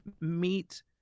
meet